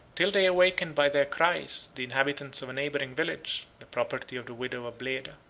till they awakened by their cries the inhabitants of a neighboring village, the property of the widow of bleda.